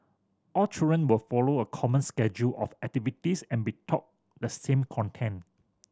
all children will follow a common schedule of activities and be taught the same content